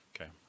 okay